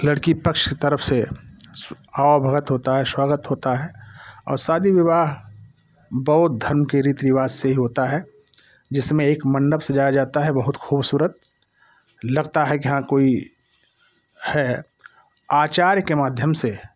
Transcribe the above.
लड़की पक्ष की तरफ से आव भगत होता है स्वागत होता है और शादी विवाह बौद्ध धर्म के रीति रिवाज से ही होता है जिसमें एक मंडप सजाया जाता है बहुत खूबसूरत लगता है हाँ कोई है आचार्य के माध्यम से